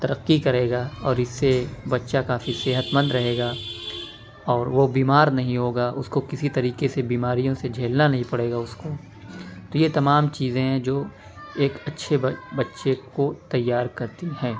ترقی کرے گا اور اس سے بچہ کافی صحت مند رہے گا اور وہ بیمار نہیں ہوگا اس کو کسی طریقے سے بیماریوں سے جھیلنا نہیں پڑے گا اس کو تو یہ تمام چیزیں ہیں جو ایک اچھے بچے کو تیار کرتی ہیں